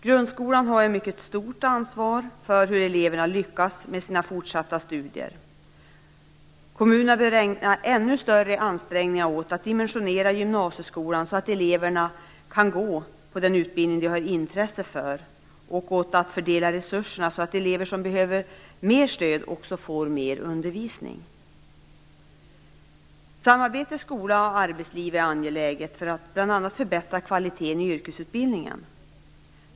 Grundskolan har ett mycket stort ansvar för hur eleverna lyckas med sina fortsatta studier. Kommunerna bör ägna ännu större ansträngningar åt att dimensionera gymnasieskolan så att eleverna kan gå på den utbildning de har intresse för och åt att fördela resurserna så att elever som behöver mer stöd också får mer undervisning. Samarbete mellan skola och arbetsliv är angeläget för att bl.a. förbättra kvaliteten i yrkesutbildningen.